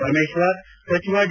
ಪರಮೇಶ್ವರ್ ಸಚಿವ ಡಿ